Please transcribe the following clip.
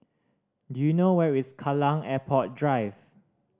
do you know where is Kallang Airport Drive